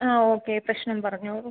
ആ ഓക്കെ പ്രശ്നം പറഞ്ഞോളു